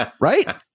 Right